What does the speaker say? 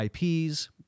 IPs